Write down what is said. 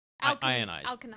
Ionized